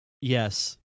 Yes